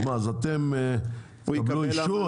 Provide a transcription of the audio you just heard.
אתם תקבלו אישור?